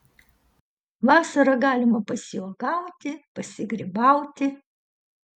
vasarą galima pasiuogauti pasigrybauti